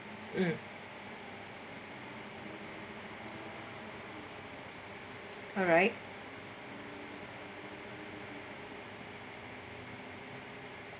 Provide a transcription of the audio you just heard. mm mm alright